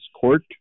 court